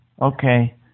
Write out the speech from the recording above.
Okay